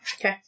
Okay